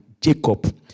Jacob